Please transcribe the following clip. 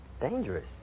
Dangerous